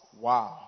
Wow